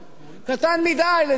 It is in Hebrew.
קטן מדי לדעתי.